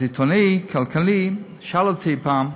אז עיתונאי כלכלי שאל אותי פעם: